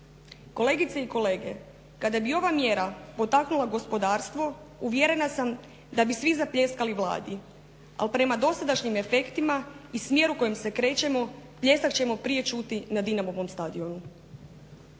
Kolegice i kolege kada bi ova mjera potaknula gospodarstvo uvjerena sam da bi svi zapljeskali Vladi, ali prema dosadašnjim efektima i smjeru kojim se krećemo pljesak ćemo prije čuti na Dinamovom stadionu.